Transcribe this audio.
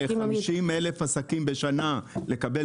כדי לקבל סדר גודל, מדובר ב-50 אלף עסקים בשנה.